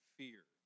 fear